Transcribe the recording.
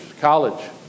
college